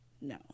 No